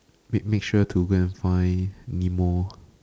make make sure to go and find nemo